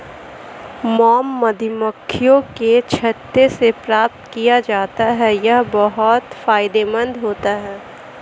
mom मधुमक्खियों के छत्ते से प्राप्त किया जाता है यह बहुत फायदेमंद होता है